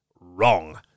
Wrong